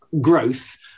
growth